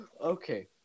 Okay